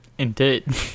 indeed